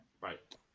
Right